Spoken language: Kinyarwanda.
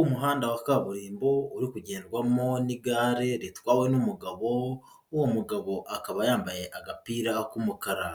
Umuhanda wa kaburimbo uri kugendwamo n'igare ritwawe n'umugabo, uwo mugabo akaba yambaye agapira k'umukara,